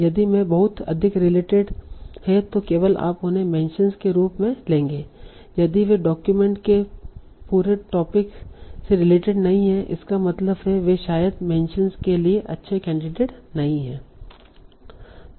यदि वे बहुत अधिक रिलेटेड हैं तो केवल आप उन्हें अपने मेंशनस के रूप में लेंगे यदि वे डॉक्यूमेंट के पूरे टोपिक से रिलेटेड नहीं हैं इसका मतलब है कि वे शायद मेंशनस के लिए अच्छे कैंडिडेट नहीं हैं